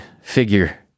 figure